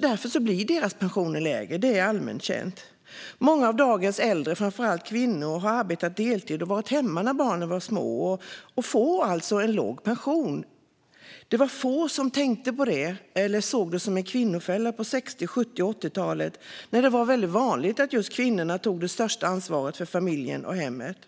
Därför blir deras pensioner lägre. Det är allmänt känt. Många av dagens äldre, framför allt kvinnor, har arbetat deltid och varit hemma när barnen var små och får alltså låg pension. Det var få som tänkte på detta eller såg det som en kvinnofälla under 60-, 70 och 80-talen när det var vanligt att just kvinnorna tog ett stort ansvar för familjen och hemmet.